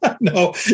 No